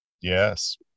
Yes